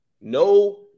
No